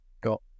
got